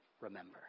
remember